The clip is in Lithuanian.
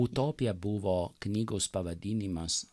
utopija buvo knygos pavadinimas